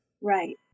right